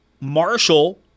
Marshall